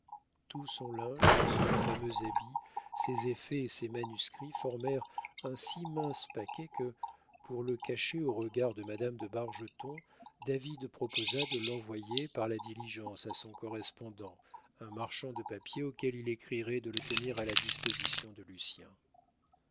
tout son linge son fameux habit ses effets et ses manuscrits formèrent un si mince paquet que pour le cacher aux regards de madame de bargeton david proposa de l'envoyer par la diligence à son correspondant un marchand de papier auquel il écrirait de le tenir à la disposition de lucien